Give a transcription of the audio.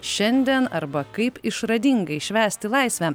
šiandien arba kaip išradingai švęsti laisvę